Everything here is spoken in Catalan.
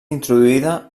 introduïda